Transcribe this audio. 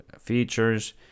features